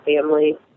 family